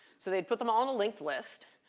so they put them all in a linked list.